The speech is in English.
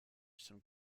some